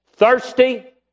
thirsty